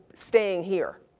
staying here.